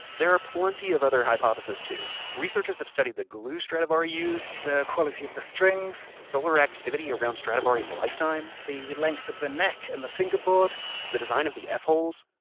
there are plenty of other hypotheses, too. researchers have studied the glue stradivari used the quality of the strings solar activity around stradivari's lifetime the length of the neck and the fingerboard the design of the f-holes.